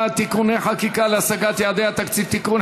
(תיקוני חקיקה להשגת יעדי התקציב) (תיקון,